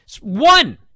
one